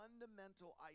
fundamental